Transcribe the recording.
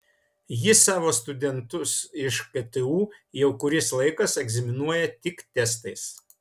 jis savo studentus iš ktu jau kuris laikas egzaminuoja tik testais